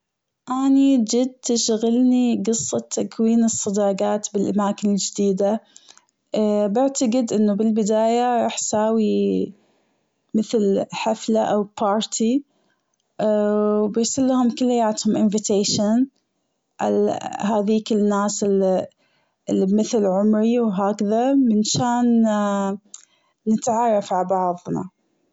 أني جد تشغلنى جصة تكوين الصداجات بالأماكن الجديدة بعتجد إنه بالبداية راح سوي مثل حفلة أو party وبرسلهم كلياتهم invitation ال- هاذيك الناس اللي بمثل عمري وهكذا منشان نتعرف ع بعضنا.